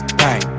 bang